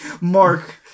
Mark